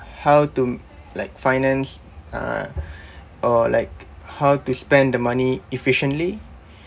how to like finance uh or like how to spend the money efficiently